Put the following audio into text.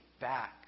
back